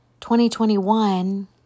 2021